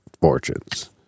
fortunes